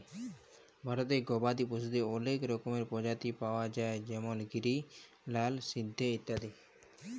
ভারতে গবাদি পশুদের অলেক রকমের প্রজাতি পায়া যায় যেমল গিরি, লাল সিন্ধি ইত্যাদি